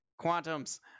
Quantums